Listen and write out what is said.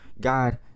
God